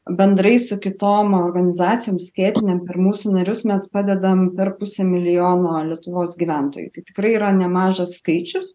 bendrai su kitom organizacijom skėtinėm per mūsų narius mes padedam per pusę milijono lietuvos gyventojų tai tikrai yra nemažas skaičius